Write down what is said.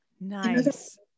Nice